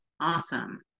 Awesome